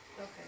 Okay